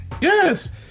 Yes